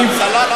אני,